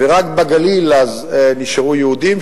ורק בגליל אז נשארו יהודים,